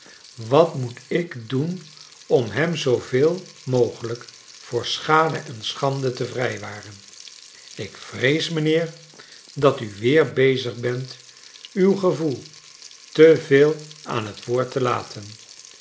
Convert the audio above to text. wat moet ik doen om hem zooveel mogelrjk voor schade en schande te vrijwaren ik vrees mijnheer dat u weer bezig bent ixw gevoel te veel aan het woord te laten